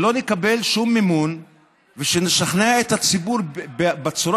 נקבל שום מימון ושנשכנע את הציבור בצורה